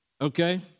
Okay